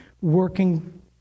working